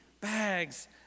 bags